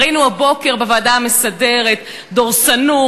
ראינו הבוקר בוועדה המסדרת דורסנות,